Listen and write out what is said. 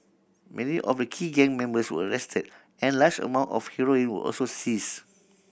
many of the key gang members were arrested and large amount of heroin were also seized